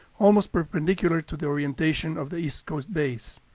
almost perpendicular to the orientation of the east coast bays.